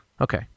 Okay